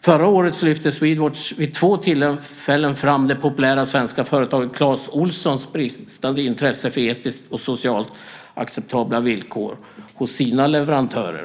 Förra året lyfte Swedwatch vid två tillfällen fram det populära svenska företaget Clas Ohlsons bristande intresse för etiskt och socialt acceptabla villkor hos sina leverantörer.